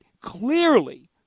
clearly